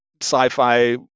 sci-fi